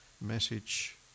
message